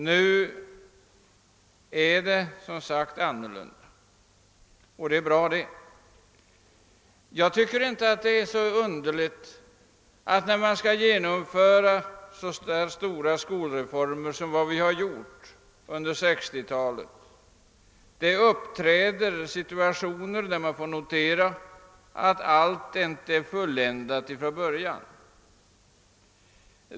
Nu är det som sagt annorlunda, och det är bra. När det skall genomföras så stora skolreformer som fallet varit under 1960-talet, är det emellertid inte konstigt att allt inte blir fulländat från början.